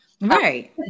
right